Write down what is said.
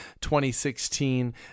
2016